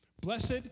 Blessed